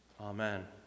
Amen